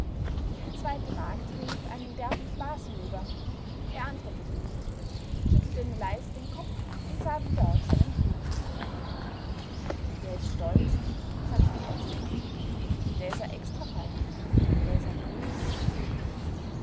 die zweite magd rief einen derben spaß hinüber er antwortete nicht schüttelte nur leise den kopf und sah wieder auf seinen pflug der is stolz sagte die erste magd der is a extra feiner der is a prinz